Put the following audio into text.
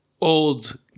old